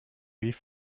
wie